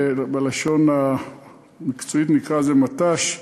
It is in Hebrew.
בלשון המקצועית נקרא לזה מט"ש,